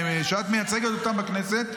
שאת מייצגת אותם בכנסת,